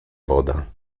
woda